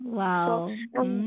wow